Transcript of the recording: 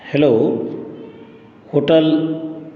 hello hotel